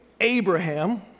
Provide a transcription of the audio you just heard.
Abraham